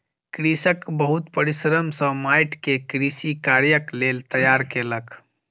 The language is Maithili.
कृषक बहुत परिश्रम सॅ माइट के कृषि कार्यक लेल तैयार केलक